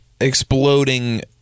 exploding